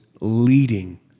leading